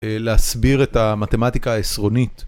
להסביר את המתמטיקה העשרונית.